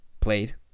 played